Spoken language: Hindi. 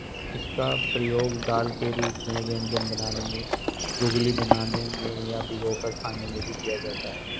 इसका प्रयोग दाल के रूप में व्यंजन बनाने में, घुघनी बनाने में या भिगोकर खाने में भी किया जाता है